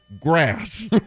grass